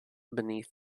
beneath